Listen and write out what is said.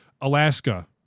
Alaska